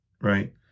right